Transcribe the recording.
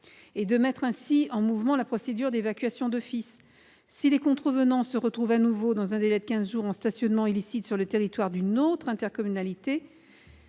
et de mettre ainsi en mouvement la procédure d'évacuation d'office. Si les contrevenants se retrouvent de nouveau, dans un délai de quinze jours, en stationnement illicite sur le territoire d'une autre intercommunalité,